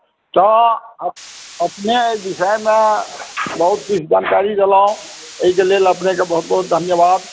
तऽ अपने एहि विषयमे बहुत किछु जानकारी देलहुँ एहिके लेल अपनेके बहुत बहुत धन्यवाद